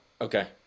Okay